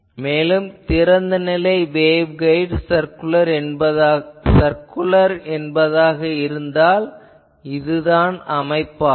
மேலும் திறந்த நிலை வேவ்கைட் சர்குலர் என்பதாக இருந்தால் இதுதான் அமைப்பாகும்